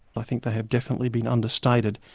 i think they have definitely been understated.